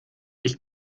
ich